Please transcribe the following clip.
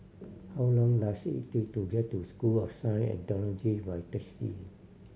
how long does it take to get to School of Science and Technology by taxi